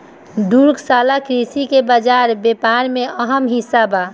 दुग्धशाला कृषि के बाजार व्यापार में अहम हिस्सा बा